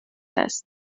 است